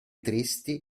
tristi